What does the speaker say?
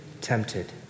tempted